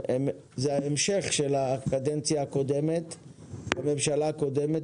זה ההמשך של הקדנציה הקודמת בממשלה הקודמת